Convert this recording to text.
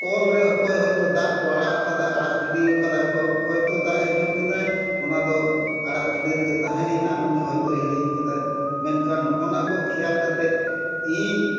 ᱠᱚᱞ ᱨᱮ ᱚᱠᱚᱭ ᱦᱚᱭᱛᱚ ᱫᱟᱜ ᱠᱚ ᱟᱲᱟᱜ ᱟᱠᱟᱫᱟ ᱟᱲᱟᱜ ᱜᱤᱰᱤ ᱟᱠᱟᱫᱟ ᱠᱚ ᱦᱚᱭᱛᱚ ᱫᱟᱜ ᱮ ᱧᱩ ᱠᱮᱫᱟ ᱚᱱᱟ ᱫᱚ ᱟᱲᱟᱜ ᱜᱤᱰᱤ ᱨᱮᱜᱮ ᱛᱟᱦᱮᱭᱮᱱᱟ ᱩᱱᱤ ᱦᱚᱭᱛᱚᱭ ᱦᱤᱲᱤᱧ ᱠᱮᱫᱟ ᱢᱮᱱᱠᱷᱟᱱ ᱱᱚᱜ ᱱᱟᱠᱚ ᱠᱷᱮᱭᱟᱞ ᱠᱟᱛᱮᱫ ᱤᱧ